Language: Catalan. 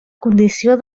condició